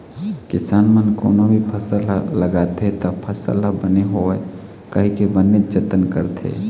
किसान मन कोनो भी फसल ह लगाथे त फसल ह बने होवय कहिके बनेच जतन करथे